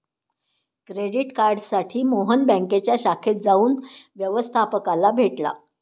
credit कार्डसाठी मोहन बँकेच्या शाखेत जाऊन व्यवस्थपकाला भेटला